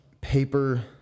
paper